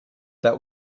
that